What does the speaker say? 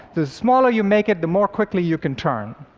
the smaller you make it, the more quickly you can turn.